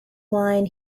wine